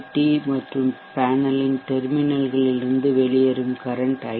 D மற்றும் பேனலின் டெர்மினல்களில் இருந்து வெளியேறும் கரன்ட் ஐ